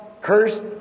cursed